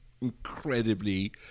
incredibly